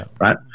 right